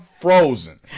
frozen